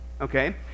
Okay